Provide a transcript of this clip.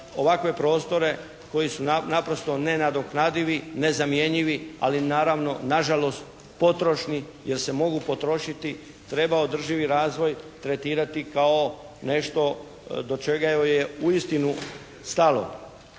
ovakve prostore koji su naprosto nenadoknadivi, nezamjenjivi ali naravno nažalost potrošni jer se mogu potrošiti treba održivi razvoj tretirati kao nešto do čega joj je uistinu stalo.